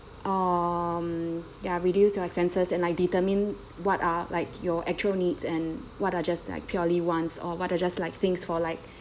um ya reduce your expenses and I determine what are like your actual needs and what are just like purely wants or what are just like things for like